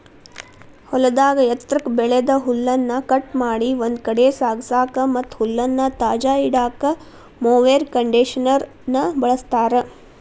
ಹೊಲದಾಗ ಎತ್ರಕ್ಕ್ ಬೆಳದ ಹುಲ್ಲನ್ನ ಕಟ್ ಮಾಡಿ ಒಂದ್ ಕಡೆ ಸಾಗಸಾಕ ಮತ್ತ್ ಹುಲ್ಲನ್ನ ತಾಜಾ ಇಡಾಕ ಮೊವೆರ್ ಕಂಡೇಷನರ್ ನ ಬಳಸ್ತಾರ